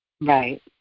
right